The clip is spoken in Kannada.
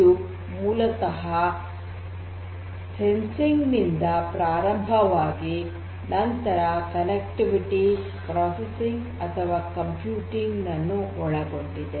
ಇದು ಮೂಲತಃ ಸಂವೇದನೆಯಿಂದ ಪ್ರಾರಂಭವಾಗಿ ನಂತರ ಸಂಪರ್ಕ ಪ್ರಕ್ರಿಯೆ ಅಥವಾ ಕಂಪ್ಯೂಟಿಂಗ್ ನನ್ನು ಒಳಗೊಂಡಿದೆ